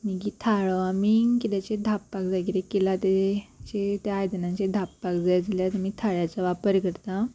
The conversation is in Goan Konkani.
मागीक थाळो आमी कितेंचे धापाक जाय कितें केला ते आयदनांचेर धापाक जाय जाल्यार आमी थाळ्याचो वापर करता